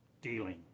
dealing